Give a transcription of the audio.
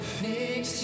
fix